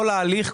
כל ההליך,